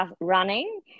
running